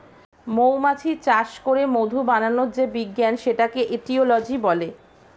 মৌমাছি চাষ করে মধু বানানোর যে বিজ্ঞান সেটাকে এটিওলজি বলে